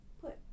put